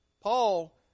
Paul